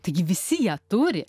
taigi visi ją turi